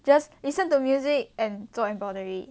just listen to music and 做 embroidery